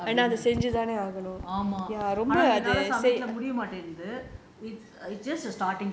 நட அப்டின்னு ஆமா என்னால சமயத்துல முடிய மட்டேந்து:nada apdinu aama ennala samayathula mudiya maatenthu